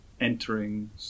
entering